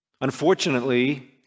Unfortunately